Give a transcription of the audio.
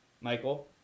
Michael